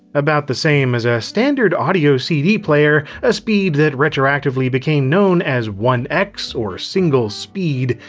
about the same as a standard audio cd player, a speed that retroactively became known as one x, or single speed,